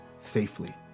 safely